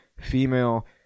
female